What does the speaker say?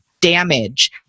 damage